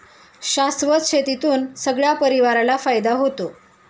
शाश्वत शेतीतून सगळ्या परिवाराला फायदा होतो